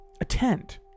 attend